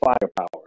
firepower